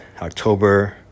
October